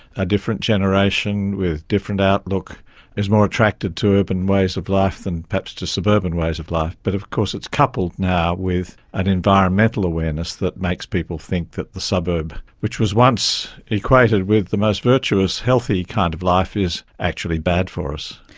a different generation with a different outlook is more attracted to urban ways of life than perhaps to suburban ways of life. but of course it's coupled now with an environmental awareness that makes people think that the suburb which was once equated with the most virtuous, healthy kind of life is actually bad for us.